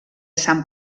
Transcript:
sant